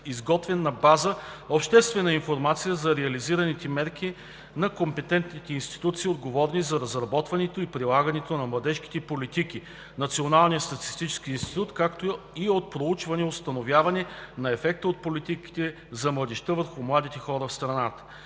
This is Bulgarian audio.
изготвен на база обобщена информация за реализираните мерки на компетентните институции, отговорни за разработване и прилагане на младежките политики, Националния статистически институт, както и от проучване „Установяване на ефекта от политиките за младежта върху младите хора в страната“.